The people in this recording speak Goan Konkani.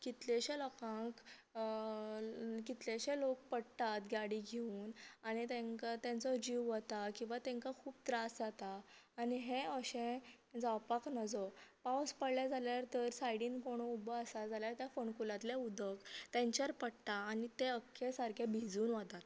कितलेशें लोकांक कितलेशे लोक पडटात गाडी घेवून आनी तेंका तेंचो जीव वता किंवां तेंका खूब त्रास जाता आनी हे अशे जावपाक नजो पावस पडले जाल्यार तर सायडीन कोण उबो आसा जाल्यार ते फोंडकुलांतले उदक तेंचेर पडटा आनी ते अख्खे सारके भिजून वतात